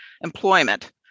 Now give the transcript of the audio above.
employment